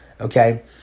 Okay